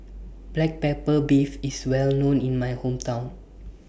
Black Pepper Beef IS Well known in My Hometown